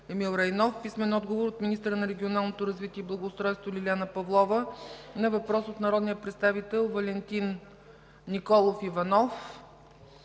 Емил Райнов; - министъра на регионалното развитие и благоустройството Лиляна Павлова на въпрос от народния представител Валентин Николов Иванов;